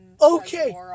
okay